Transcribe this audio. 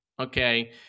okay